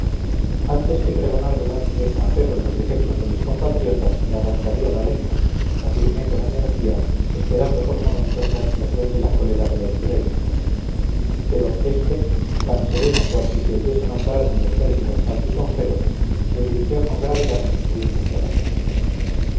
antes que pregonar delante de extranjeros los defectos de mis compatriotas me arrancaría la lengua afirmé con energía esperando por momentos la explosión de la cólera de lord gray pero este tan sereno cual si se oyese nombrar en los términos más lisonjeros me dirigió con gravedad las siguientes palabras